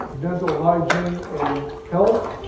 dental hygiene and health.